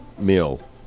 meal